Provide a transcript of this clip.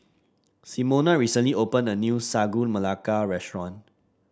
Simona recently opened a new Sagu Melaka restaurant